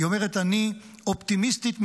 היא אומרת: אני אופטימיסטית מטבעי,